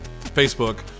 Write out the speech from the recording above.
Facebook